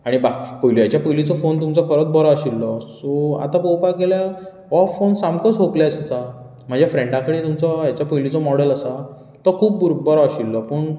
आनी पयल्याच्या पयलीचो फोन तुमचो खरोच बरो आशिल्लो सो आतां पळोवपाक गेल्यार हो फोन सामकोच होपलेस आसा म्हज्या फ्रेंडा कडेन तुमच्या हेच्या पयलीचो मॉडल आसा तो खूब बरो आशिल्लो पूण